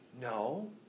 no